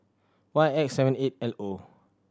Y X seventy eight L O